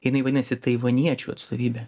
jinai vadinasi taivaniečių atstovybė